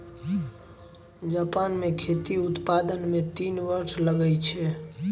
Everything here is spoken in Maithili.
जापान मे मोती उत्पादन मे तीन वर्ष लगै छै